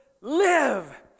live